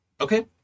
Okay